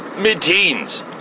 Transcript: mid-teens